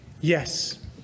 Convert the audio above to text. yes